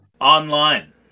Online